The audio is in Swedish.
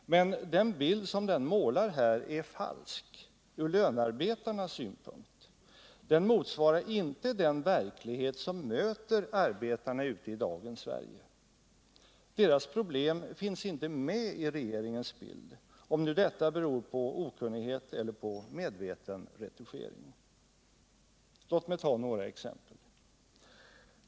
Men den bild som målas här är falsk ur lönarbetarnas synpunkt. Den motsvarar inte den verklighet som möter arbetarna ute i dagens Sverige. Deras problem finns inte med i regeringens bild, vare sig nu detta beror på okunnighet eller på medveten retuschering. Låt mig ta några exempel.